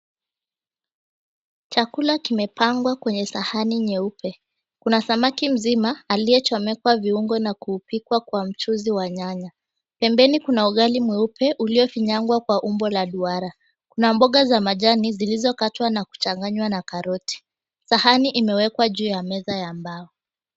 Chakula kimepangwa kwenye sahani nyeupe. Kuna samaki mzima aliyechomekwa viungo na kuupikwa kwa mchuzi wa nyanya. Pembeni kuna ugali mweupe uliofinyangwa kwa umbo la duara. Kuna mboga za majani zilizokatwa na kuchanganywa na karoti. Sahani imewekwa juu ya meza ya mbao.